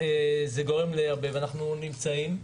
אנחנו נמצאים,